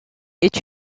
est